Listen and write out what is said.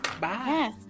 bye